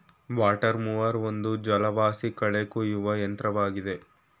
water mower ಒಂದು ಜಲವಾಸಿ ಕಳೆ ಕುಯ್ಯುವ ಯಂತ್ರವಾಗಿದೆ